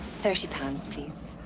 thirty pounds, please.